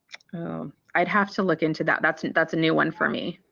um i'd have to look into that that's that's a new one for me.